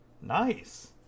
Nice